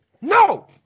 No